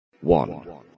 One